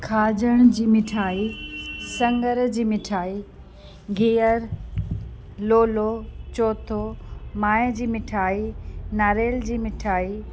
खाजन जी मिठाई सङर जी मिठाई गीहर लोलो चौथो माए जी मिठाई नारेल जी मिठाई